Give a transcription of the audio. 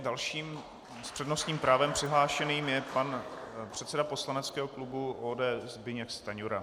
Další s přednostním právem přihlášeným je pan předseda poslaneckého klubu ODS Zbyněk Stanjura.